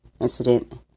incident